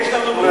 יש לנו ברירה?